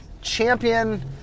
Champion